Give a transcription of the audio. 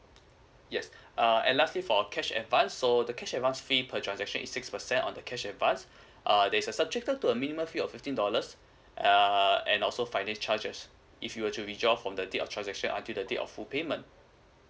yes uh and lastly for cash advance so the cash advance fee per transaction is six percent on the cash advance uh there is a subjected to a minimum fee of fifteen dollars uh and also finance charges if you were to withdraw from the date of transaction until the date of full payment